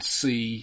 see